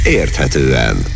érthetően